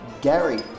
Gary